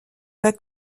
pas